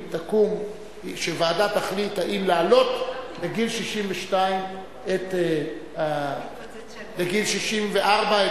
שוועדה תחליט האם להעלות את גיל הפרישה לגיל 64,